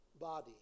body